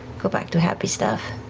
go back to happy stuff.